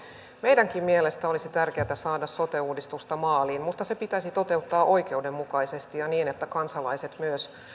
meidänkin mielestämme olisi tärkeätä saada sote uudistus maaliin mutta se pitäisi toteuttaa oikeudenmukaisesti ja niin että kansalaiset myös